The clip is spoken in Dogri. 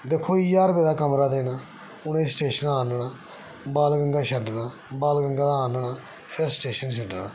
दिक्खो जी ज्हार रपे दा कमरा देना उ'नेंगी स्टैशना आह्नना बाल गंगा छड्डना बाल गंगा दा आह्नना फिर स्टेशन छड्डना